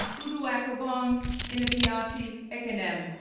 uduak-obong iniabasi ekanem,